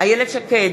איילת שקד,